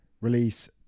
release